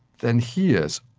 than he is.